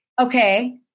Okay